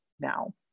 now